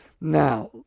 Now